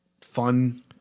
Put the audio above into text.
fun